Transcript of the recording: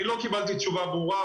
אני לא קיבלתי תשובה ברורה,